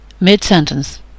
mid-sentence